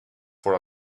for